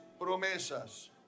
promesas